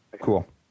Cool